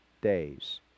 days